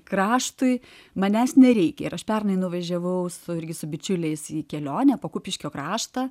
kraštui manęs nereikia ir aš pernai nuvažiavau su irgi su bičiuliais į kelionę po kupiškio kraštą